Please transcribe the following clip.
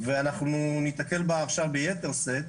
ואנחנו ניתקל בה עכשיו ביתר שאת,